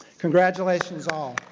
congratulations all.